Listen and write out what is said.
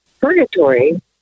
purgatory